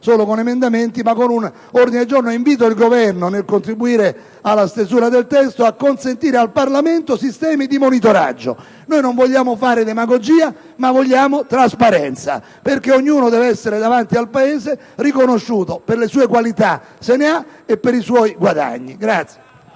solo con emendamenti, ma con un ordine del giorno. Invito pertanto il Governo, nel contribuire alla stesura del testo, a consentire al Parlamento sistemi di monitoraggio. Non vogliamo fare demagogia ma garantire trasparenza. Ognuno deve essere davanti al Paese riconosciuto per le sue qualità, se ne ha, e per i suoi guadagni.